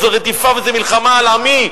זו רדיפה וזה מלחמה על עמי,